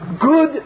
good